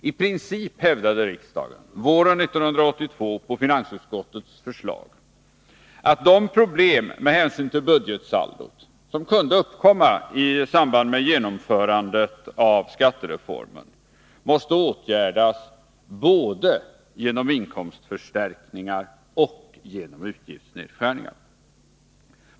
I princip hävdade riksdagen våren 1982 på finansutskottets förslag, att de problem med hänsyn till budgetsaldot som kunde uppkomma i samband med genomförandet av skattereformen måste åtgärdas både genom inkomstförstärkningar och genom utgiftsnedskärningar.